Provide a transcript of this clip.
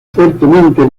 fuertemente